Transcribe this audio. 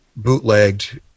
bootlegged